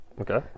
Okay